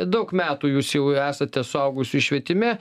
daug metų jūs jau esate suaugusiųjų švietime